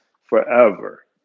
forever